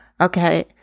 Okay